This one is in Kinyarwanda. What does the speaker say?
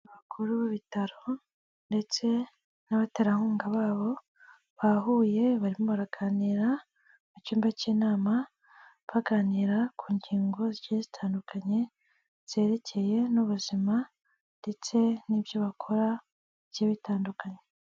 Abakuru b'ibitaro ndetse n'abaterankunga babo ba huye barimo baraganira mu cyumba cy'inama baganira ku ngingo ziri zitandukanye zerekeye n'ubuzima ndetse n'ibyo bakora bike bitandukanye.